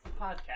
podcast